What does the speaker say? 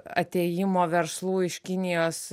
atėjimo verslų iš kinijos